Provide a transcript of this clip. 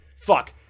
Fuck